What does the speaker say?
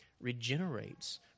regenerates